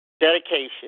dedication